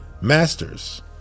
Masters